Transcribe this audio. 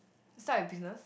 start your business